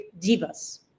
divas